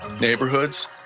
neighborhoods